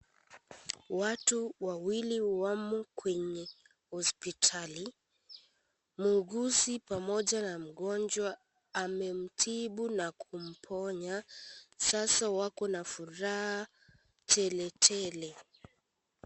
Watu wawili wamo kwenye hospitali. Muuguzi pamoja na mgonjwa amemtibu na kumponya. Sasa wako na furaha tele tele.